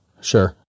Sure